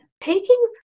taking